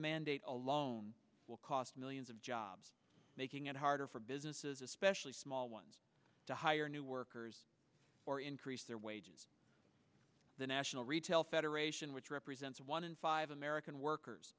mandate alone will cost millions of jobs making it harder for businesses especially small ones to hire new workers or increase their wages the national retail federation which represents one in five american workers